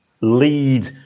lead